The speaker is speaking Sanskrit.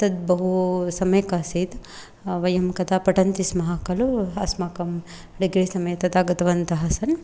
तत् बहु सम्यक् आसीत् वयं कदा पठन्ति स्मः खलु अस्माकं डिग्री समये तदा गतवन्तः सन्